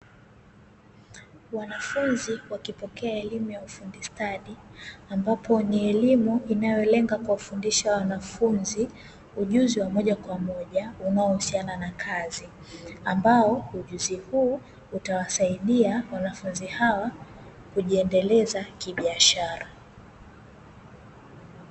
Wanafunzi wakipokea elimu ya ufundi stadi ambapo ni elimu inayolenga kuwafundisha wanafunzi ujuzi wa moja kwa moja, unaohusiana na kazi ambao ujuzi huu utawasaidia wanafunzi hawa kujiendeleza kibiashara.